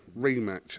rematch